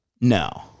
No